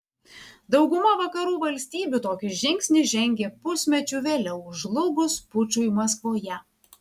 dauguma vakarų valstybių tokį žingsnį žengė pusmečiu vėliau žlugus pučui maskvoje